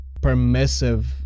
permissive